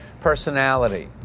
personality